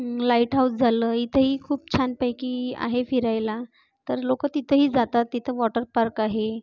light house झालं इथेही खूप छानपैकी आहे फिरायला तर लोकं तिथेही जातात तिथं वॉटर पार्क आहे